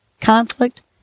conflict